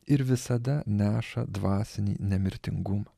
ir visada neša dvasinį nemirtingumą